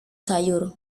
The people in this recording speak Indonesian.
sayur